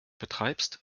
betreibst